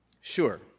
Sure